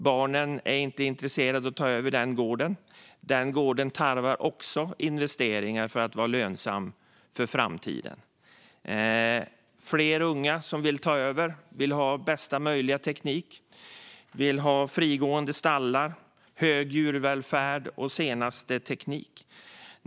Barnen är inte intresserade av att ta över gården, som tarvar investeringar för att vara lönsam för framtiden. Fler unga som vill ta över vill ha bästa möjliga teknik. De vill ha frigående djur, hög djurvälfärd och den senaste tekniken.